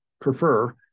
prefer